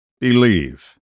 believe